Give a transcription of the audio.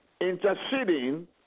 interceding